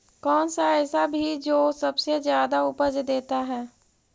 कौन सा ऐसा भी जो सबसे ज्यादा उपज देता है?